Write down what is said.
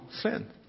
sin